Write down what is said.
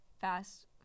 fast